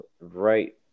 right